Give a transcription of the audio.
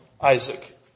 Isaac